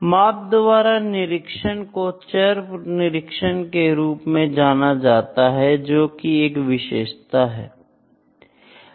माप द्वारा निरीक्षण को चर निरीक्षण के रूप में जाना जाता है जो कि एक विशेषता है